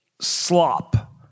slop